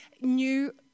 new